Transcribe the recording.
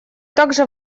также